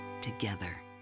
together